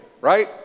right